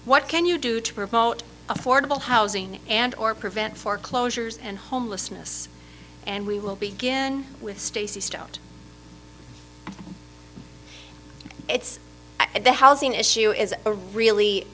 what can you do to promote affordable housing and or prevent foreclosures and homelessness and we will begin with stacey stone it's the housing issue is a really